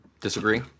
disagree